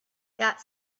that